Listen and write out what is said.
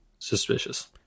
Suspicious